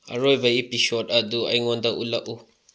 ꯑꯔꯣꯏꯕ ꯏꯄꯤꯁꯣꯠ ꯑꯗꯨ ꯑꯩꯉꯣꯟꯗ ꯎꯠꯂꯛꯎ